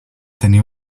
tenir